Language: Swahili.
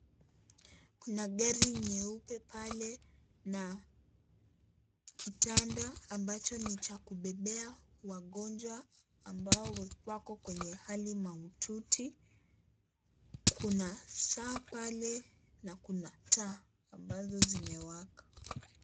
Kuna gari nyeupe pale na kitanda ambacho ni cha kubebeba wagonjwa ambao wako kwenye hali mahututi. Kuna saa pale na kuna taa mbazo zimewaka.